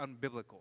unbiblical